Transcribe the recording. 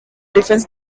defences